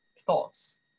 thoughts